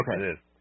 Okay